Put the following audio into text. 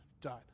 died